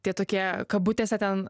tie tokie kabutėse ten